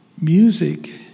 Music